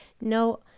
No